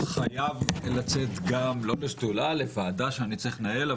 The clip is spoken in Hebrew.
זה חייב לצאת גם לשדולה אלא לוועדה שצריך לנהל.